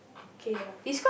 okay lah